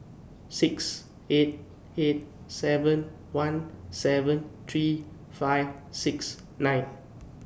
six eight eight seven one seven three five six nine